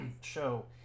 show